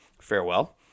farewell